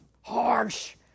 harsh